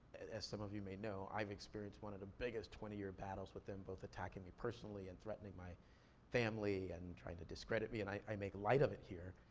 as some of you may know, i've experienced one of the biggest twenty year battles with them both attacking me personally and threatening my family and trying to discredit me. and i made light of it here,